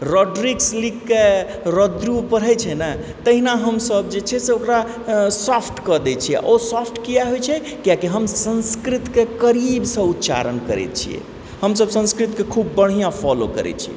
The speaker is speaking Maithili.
रोड्रिक्स लिखके रोद्रु पढ़य छै न तहिना हमसब जे छै से ओकर सोफ्टकऽ दय छियै ओ सोफ्ट किआ होइत छै किआकि हम संस्कृतके करीबसँ उच्चारण करैत छियै हमसभ संस्कृतके खूब बढिआँ फॉलो करैत छी